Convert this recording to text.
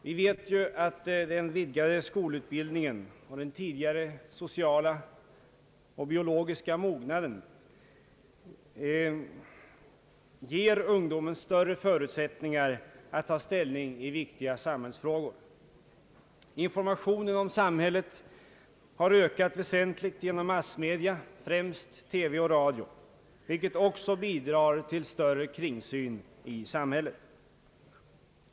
Vi vet ju att den vidgade skolutbildningen och den tidigare sociala och biologiska mognaden ger ungdomen större förutsättningar att ta ställning i viktiga samhällsfrågor. Informationen om samhället har ökat väsentligt genom Om sänkning av rösträttsåldern massmedia, främst TV och radio, vilket också bidrar till större kringsyn i samhället.